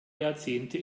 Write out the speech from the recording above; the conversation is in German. jahrzehnte